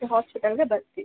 ಹಾಸ್ಪಿಟಲ್ಗೆ ಬರ್ತೀವಿ